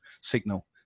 signal